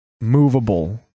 Movable